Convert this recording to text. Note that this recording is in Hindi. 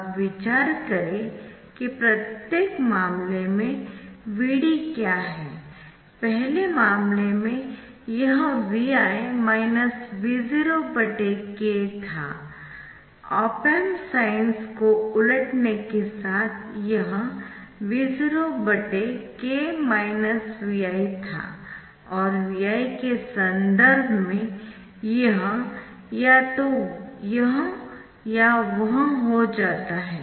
अब विचार करें कि प्रत्येक मामले में Vd क्या है पहले मामले में यह Vi Vok था ऑप एम्प साइन्स को उलटने के साथ यह Vo k Vi था और Vi के संदर्भ में यह या तो यह या वह हो जाता है